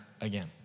again